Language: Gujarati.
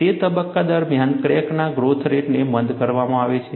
તે તબક્કા દરમિયાન ક્રેકના ગ્રોથ રેટને મંદ કરવામાં આવે છે